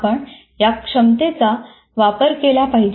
आपण या क्षमतेचा वापर केला पाहिजे